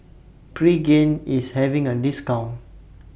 Pregain IS having A discount